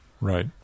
Right